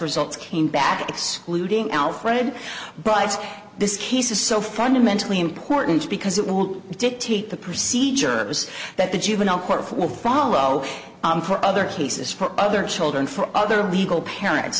results came back excluding al fred but this case is so fundamentally important because it will dictate the procedure it was that the juvenile court for follow for other cases for other children for other legal parents